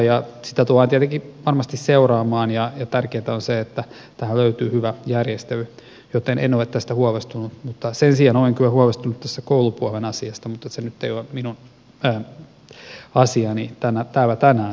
sitä tullaan tietenkin varmasti seuraamaan ja tärkeätä on se että tähän löytyy hyvä järjestely joten en ole tästä huolestunut mutta sen sijaan olen kyllä huolestunut tästä koulupuolen asiasta mutta se nyt ei ole minun asiani täällä tänään